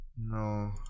No